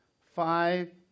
Five